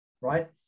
right